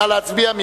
נא להצביע.